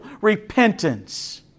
Repentance